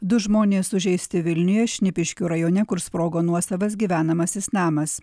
du žmonės sužeisti vilniuje šnipiškių rajone kur sprogo nuosavas gyvenamasis namas